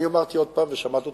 אני אמרתי עוד פעם ושמעת אותי,